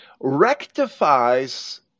rectifies